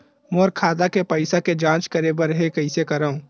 मोर खाता के पईसा के जांच करे बर हे, कइसे करंव?